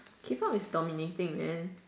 K pop is dominating man